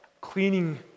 cleaning